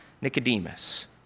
Nicodemus